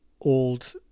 old